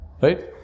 right